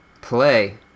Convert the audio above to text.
play